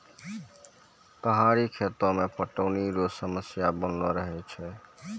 पहाड़ी खेती मे पटौनी रो समस्या बनलो रहै छै